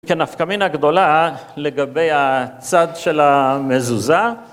כנפקא מינא גדולה לגבי הצד של המזוזה